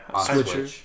Switcher